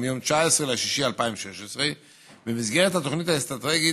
מיום 19 ביוני 2016. במסגרת התוכנית האסטרטגית